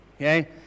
okay